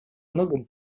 многом